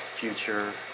future